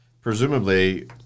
presumably